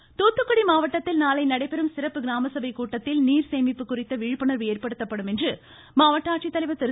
சந்தீப் நந்தூரி தூத்துக்குடி மாவட்டத்தில் நாளை நடைபெறும் சிறப்பு கிராமசபை கூட்டத்தில் நீர்சேமிப்பு குறித்த விழிப்புணர்வு ஏற்படுத்தப்படும் என்று மாவட்ட ஆட்சித்தலைவர் திரு